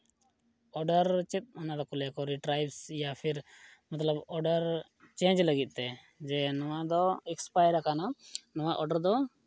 order ᱪᱮᱫ ᱚᱱᱟ ᱫᱚᱠᱚ ᱞᱟᱹᱭᱟ ᱨᱤᱯᱷᱟᱭᱤᱥ ᱤᱭᱟ ᱯᱷᱤᱨ ᱢᱚᱛᱞᱚᱵ ᱚᱰᱟᱨ ᱪᱮᱧᱡᱽ ᱞᱟᱹᱜᱤᱫ ᱛᱮ ᱡᱮ ᱱᱚᱣᱟ ᱫᱚ ᱮᱠᱥᱯᱟᱭᱟᱨ ᱟᱠᱟᱱᱟ ᱱᱚᱣᱟ ᱚᱰᱟᱨ ᱫᱚ